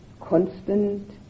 Constant